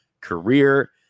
career